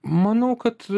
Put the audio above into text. manau kad